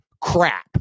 crap